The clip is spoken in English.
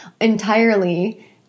entirely